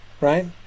right